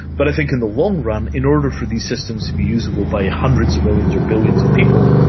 but i think in the long run in order for these systems to be usable by hundreds of millions or billions of people,